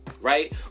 right